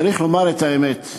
צריך לומר את האמת,